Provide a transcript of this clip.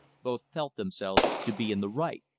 both felt themselves to be in the right.